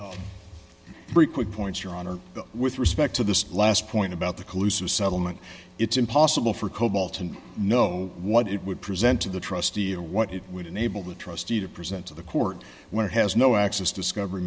grace three quick points your honor with respect to this last point about the collusive settlement it's impossible for cobol to know what it would present to the trustee a what it would enable the trustee to present to the court when it has no access discovery